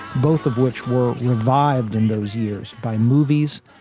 both of which were revived in those years by movies.